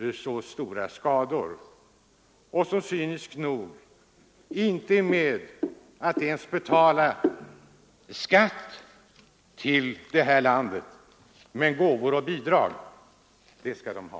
Dessa företag betalar cyniskt nog inte ens skatt i detta land, men gåvor och bidrag skall de ha.